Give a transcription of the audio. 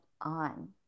on